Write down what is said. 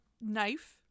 knife